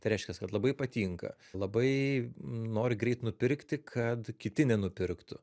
tai reiškias kad labai patinka labai nori greit nupirkti kad kiti nenupirktų